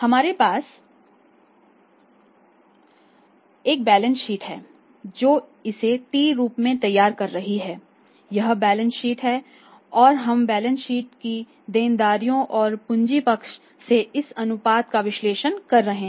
हमारे पास एक बैलेंस शीट है जो इसे T रूप में तैयार कर रही है यह बैलेंस शीट है और हम बैलेंस शीट की देनदारियों और पूंजी पक्ष से इस अनुपात का विश्लेषण कर रहे हैं